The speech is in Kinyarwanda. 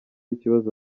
ikibazo